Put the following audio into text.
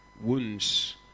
Wounds